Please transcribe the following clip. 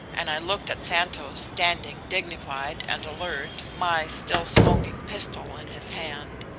and i looked at santos, standing dignified and alert, my still smoking pistol in his hand.